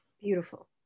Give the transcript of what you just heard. Beautiful